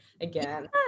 again